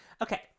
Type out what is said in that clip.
Okay